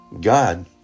God